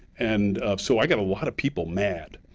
and so i've got a lot of people mad.